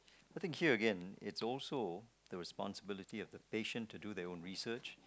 I think here again it's also the responsibility of the patient to do their own research